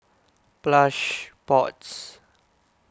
Plush Pods